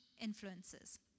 influences